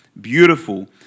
Beautiful